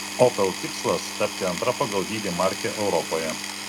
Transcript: opel tikslas tapti antra pagal dydį marke europoje